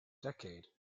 decade